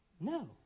No